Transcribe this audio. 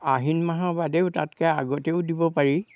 আহিন মাহৰ বাদেও তাতকৈ আগতেও দিব পাৰি